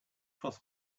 cross